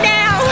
now